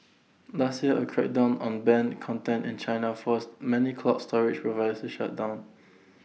last year A crackdown on banned content in China forced many cloud storage providers to shut down